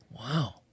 Wow